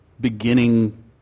beginning